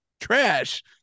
trash